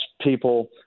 people